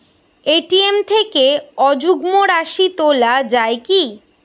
ATM থেকে অযুগ্ম রাশি তোলা য়ায় কি?